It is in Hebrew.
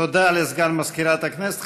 תודה לסגן מזכירת הכנסת.